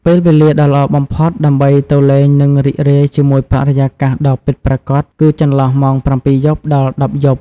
ពេលវេលាដ៏ល្អបំផុតដើម្បីទៅលេង និងរីករាយជាមួយបរិយាកាសដ៏ពិតប្រាកដគឺចន្លោះម៉ោង ៧ យប់ ដល់ ១០ យប់។